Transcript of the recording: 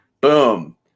Boom